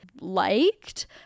liked